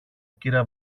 κυρα